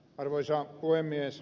arvoisa puhemies